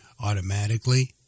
automatically